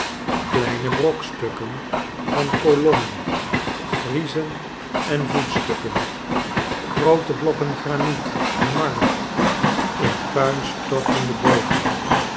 kleine brokstukken van kolommen friezen en voetstukken groote blokken graniet en marmer in puin stortende bogen